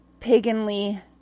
paganly